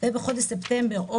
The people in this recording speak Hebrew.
ובחודש ספטמבר או